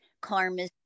karma